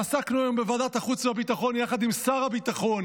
ועסקנו היום בוועדת החוץ והביטחון יחד עם שר הביטחון